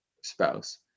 spouse